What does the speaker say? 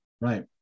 Right